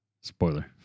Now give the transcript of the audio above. Spoiler